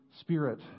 spirit